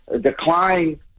decline